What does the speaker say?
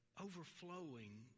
Overflowing